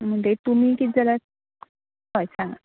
म्हणटगीर तुमी किदें जाला हय सांगा